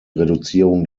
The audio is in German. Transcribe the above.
reduzierung